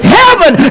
heaven